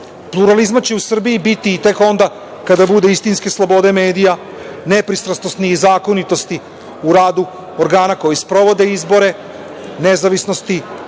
Pluralizma će u Srbiji biti tek onda kada bude istinske slobode medija, nepristrasnosti i zakonitosti u radu organa koji sprovode izbore, nezavisnosti